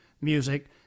music